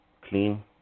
clean